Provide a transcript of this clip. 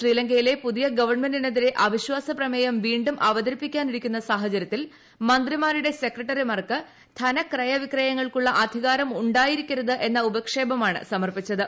ശ്രീലങ്കയിലെ പുതിയ ഗവൺമെന്റിനെതിരെ അവിശ്വാസ പ്രമേയം വീണ്ടും അവതരിപ്പിക്കാനിരിക്കുന്ന സാഹചര്യത്തിൽ മന്ത്രിമാരുടെ സെക്രട്ടറിമാർക്ക് ധനക്രയ വിക്രയങ്ങൾക്കുള്ള അധികാരം ഉണ്ടായിരിക്കരുത് എന്ന ഉപക്ഷേപമാണ് സമർപ്പിച്ചത്